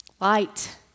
light